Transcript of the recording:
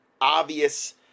obvious